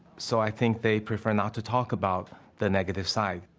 so, i think they prefer not to talk about the negative side.